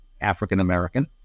African-American